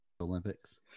Olympics